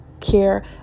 care